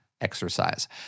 exercise